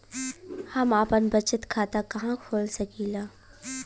हम आपन बचत खाता कहा खोल सकीला?